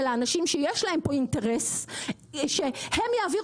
שהם מניידים עובד